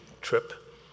trip